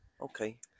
okay